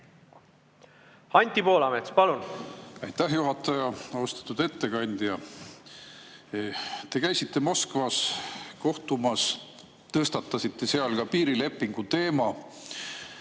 kui 70 aastat hiljem? Aitäh, juhataja! Austatud ettekandja! Te käisite Moskvas kohtumas, tõstatasite seal ka piirilepingu teema.